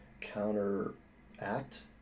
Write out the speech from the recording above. counteract